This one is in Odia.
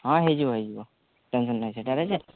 ହଁ ହେଇଯିବ ହେଇଯିବ ଟେନ୍ସନ୍ ନାଇ ସେଟା ଯେ